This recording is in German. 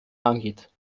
angeht